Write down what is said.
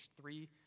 three